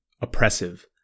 oppressive